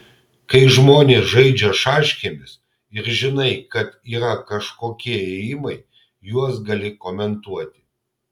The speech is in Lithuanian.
kai žmonės žaidžia šaškėmis ir žinai kad yra kažkokie ėjimai juos gali komentuoti